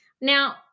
Now